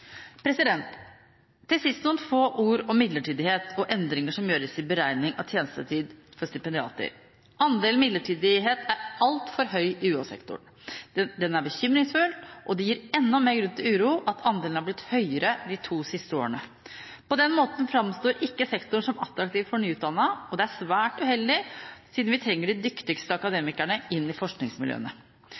generelt. Til sist noen få ord om midlertidighet og endringer som gjøres i beregning av tjenestetid for stipendiater. Andelen midlertidighet er altfor høy i UH-sektoren. Den er bekymringsfull, og det gir enda mer grunn til uro at andelen har blitt høyere de to siste årene. På den måten framstår ikke sektoren som attraktiv for nyutdannede, og det er svært uheldig siden vi trenger de dyktigste akademikerne inn i forskningsmiljøene.